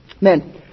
Men